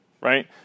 right